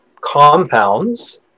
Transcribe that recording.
compounds